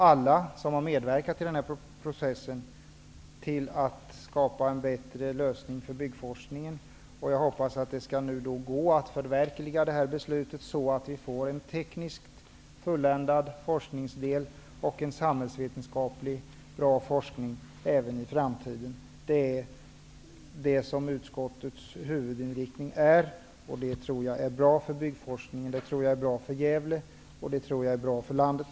Alla i den här processen har medverkat till att skapa en bättre lösning för byggforskningen, och jag hoppas att det nu skall gå att förverkliga det här beslutet så att vi får en tekniskt fulländad forskningsdel och en samhällsvetenskapligt bra forskning även i framtiden. Det är utskottets huvudinriktning. Det tror jag är bra för byggforskningen, Gävle och landet.